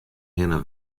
hinne